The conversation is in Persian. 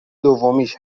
دومیش